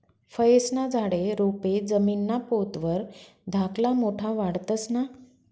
फयेस्ना झाडे, रोपे जमीनना पोत वर धाकला मोठा वाढतंस ना?